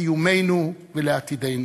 לקיומנו ולעתידנו.